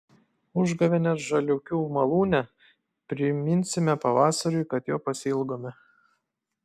užgavėnės žaliūkių malūne priminsime pavasariui kad jo pasiilgome